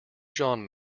john